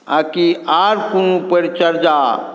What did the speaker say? आओर कि आओर कोनो परिचर्या